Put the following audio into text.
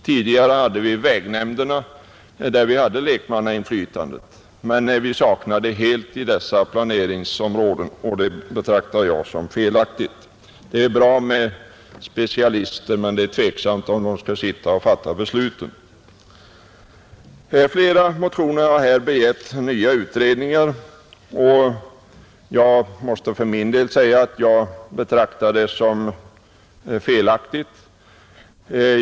Tidigare hade vi vägnämnderna, där det fanns lekmannainflytande, men vi saknar det helt i dessa planeringsområden, och det betraktar jag som felaktigt. Det är bra med specialister, men det är tveksamt om de skall sitta och fatta besluten. I flera motioner har begärts nya utredningar, och jag måste för min del säga att jag betraktar detta som felaktigt.